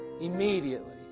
Immediately